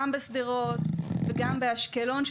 גם בשדרות וגם באשקלון,